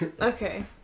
Okay